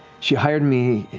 she hired me,